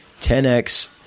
10X